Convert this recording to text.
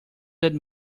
that